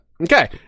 Okay